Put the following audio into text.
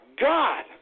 God